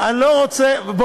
לא רוצה להקדים את המאוחר.